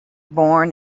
born